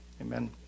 Amen